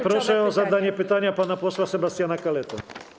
Proszę o zadanie pytania pana posła Sebastiana Kaletę.